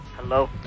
Hello